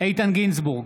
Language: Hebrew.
איתן גינזבורג,